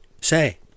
say